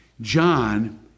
John